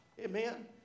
amen